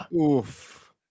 Oof